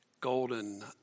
golden